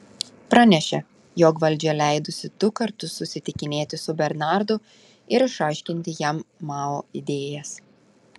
pranešė jog valdžia leidusi du kartus susitikinėti su bernardu ir išaiškinti jam mao idėjas